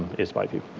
is my view.